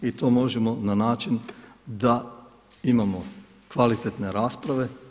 I to možemo na način da imamo kvalitetne rasprave.